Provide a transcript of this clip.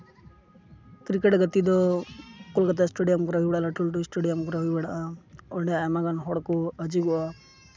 cricket ᱜᱟᱛᱮᱜ ᱫᱚ Kolkata stadium ᱠᱚᱨᱮᱜ ᱦᱩᱭ ᱵᱟᱲᱟᱜᱼᱟ ᱞᱟᱹᱴᱩ ᱞᱟᱹᱴᱩ ᱥᱴᱮᱰᱤᱭᱟᱢ ᱠᱚᱨᱮᱜ ᱦᱩᱭ ᱵᱟᱲᱟᱜᱼᱟ ᱚᱸᱰᱮ ᱟᱭᱢᱟ ᱜᱟᱱ ᱦᱚᱲ ᱠᱚ ᱦᱤᱡᱩᱜᱼᱟ